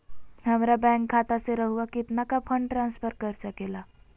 हमरा बैंक खाता से रहुआ कितना का फंड ट्रांसफर कर सके ला?